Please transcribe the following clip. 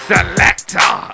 Selector